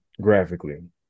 graphically